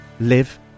live